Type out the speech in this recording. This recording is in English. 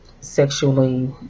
sexually